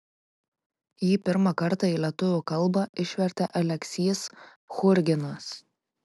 jį pirmą kartą į lietuvių kalbą išvertė aleksys churginas